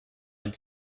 une